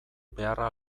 beharra